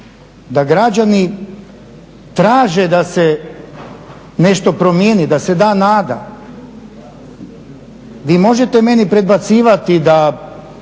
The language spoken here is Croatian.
da građani traže da se nešto promijeni da se da nada. Vi možete meni predbacivati da